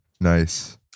Nice